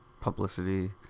publicity